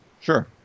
Sure